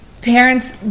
Parents